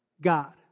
God